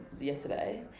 yesterday